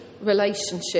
relationship